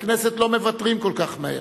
בכנסת לא מוותרים כל כך מהר.